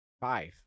five